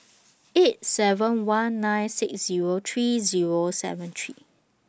eight seven one nine six Zero three Zero seven three